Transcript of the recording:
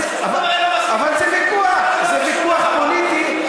אבל זה ויכוח, זה ויכוח פוליטי.